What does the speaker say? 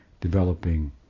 developing